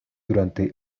durante